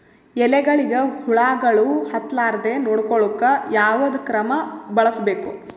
ಎಲೆಗಳಿಗ ಹುಳಾಗಳು ಹತಲಾರದೆ ನೊಡಕೊಳುಕ ಯಾವದ ಕ್ರಮ ಬಳಸಬೇಕು?